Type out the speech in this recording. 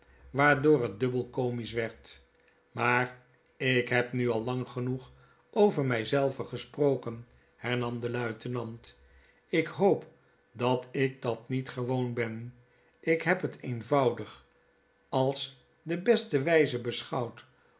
waardoor het dubbel komisch werd maar ik heb nu al lang genoeg over my zelven gesproken hernam de luitenant ik hoop dat ik dat niet gewoon ben ik heb het eenvoudig als de beste wijze beschouwd